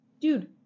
dude